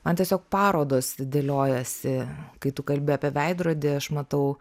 man tiesiog parodos dėliojasi kai tu kalbi apie veidrodį aš matau